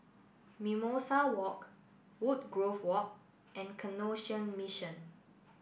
Mimosa Walk Woodgrove Walk and Canossian Mission